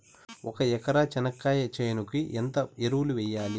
ఒక ఎకరా చెనక్కాయ చేనుకు ఎంత ఎరువులు వెయ్యాలి?